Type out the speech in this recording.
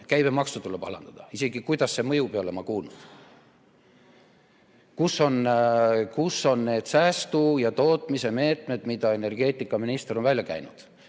Käibemaksu tuleb alandada. Isegi seda, kuidas see mõjub, ei ole ma kuulnud. Kus on need säästu- ja tootmismeetmed, mida energeetikaminister on välja käinud?